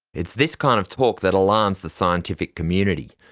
it's this kind of talk that alarms the scientific community.